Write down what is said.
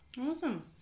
Awesome